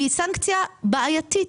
היא סנקציה בעייתית.